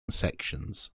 sections